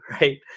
right